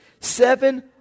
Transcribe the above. seven